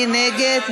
מי נגד?